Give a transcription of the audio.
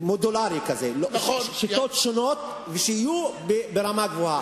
מודולרי כזה, שיטות שונות שיהיו ברמה גבוהה.